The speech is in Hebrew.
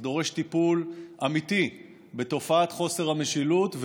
זה דורש טיפול אמיתי בתופעת חוסר המשילות,